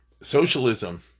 socialism